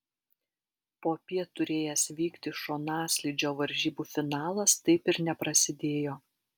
popiet turėjęs vykti šonaslydžio varžybų finalas taip ir neprasidėjo